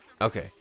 Okay